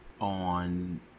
on